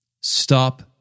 Stop